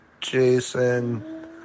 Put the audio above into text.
Jason